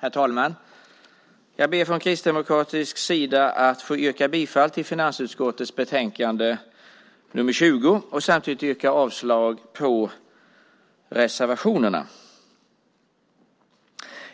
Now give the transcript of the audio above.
Herr talman! Jag ber att från kristdemokratisk sida få yrka bifall till förslaget i finansutskottets betänkande nr 20 och samtidigt yrka avslag på reservationerna.